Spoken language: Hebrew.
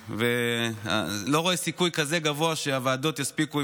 אני לא רואה סיכוי כזה גבוה שהוועדות יספיקו,